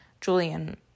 Julian